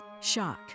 shock